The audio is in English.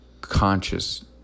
conscious